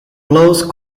close